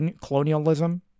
colonialism